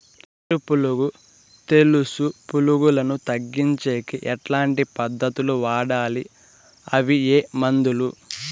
వేరు పులుగు తెలుసు పులుగులను తగ్గించేకి ఎట్లాంటి పద్ధతులు వాడాలి? అవి ఏ మందులు?